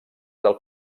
del